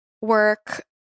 work